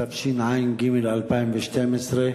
התשע"ג 2012,